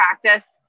practice